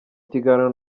kiganiro